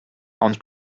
and